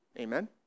Amen